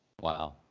wow